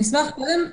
קודם כול,